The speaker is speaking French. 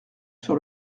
sur